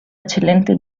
eccellente